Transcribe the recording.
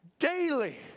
Daily